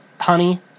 honey